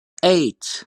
eight